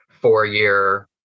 four-year